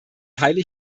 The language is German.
teile